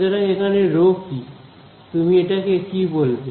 সুতরাং এখানে রো কি তুমি এটাকে কি বলবে